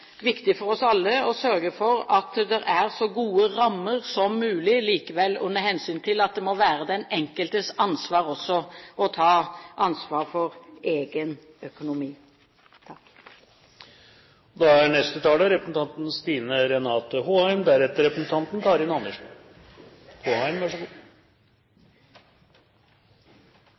viktig for oss alle å sørge for at det er så gode rammer som mulig, men likevel under hensyn til at det må være den enkeltes ansvar også å ta ansvar for egen økonomi.